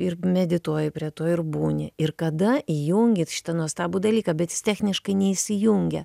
ir medituoji prie to ir būni ir kada įjungi šitą nuostabų dalyką bet jis techniškai neįsijungia